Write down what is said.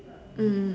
mm